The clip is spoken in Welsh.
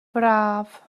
braf